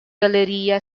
galleria